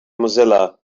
mozilla